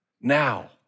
Now